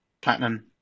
platinum